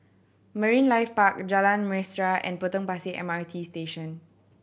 Marine Life Park Jalan Mesra and Potong Pasir M R T Station